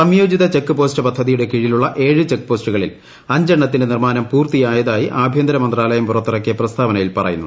സംയോജിത check post പദ്ധതിയുടെ കീഴിലുള്ള ഏഴ് ചെക്ക് പോസ്റ്റുകളിൽ അഞ്ചെണ്ണത്തിന്റെ നിർമ്മാണം പൂർത്തിയായതായി ആഭ്യന്തരമന്ത്രാലയം പുറത്തിറക്കിയ പ്രസ്താവനയിൽ പറയുന്നു